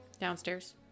Downstairs